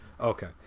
okay